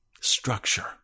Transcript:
structure